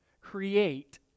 create